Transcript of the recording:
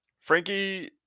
Frankie